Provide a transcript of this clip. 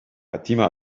fatima